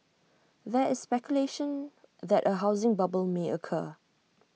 there is speculation that A housing bubble may occur